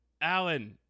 Alan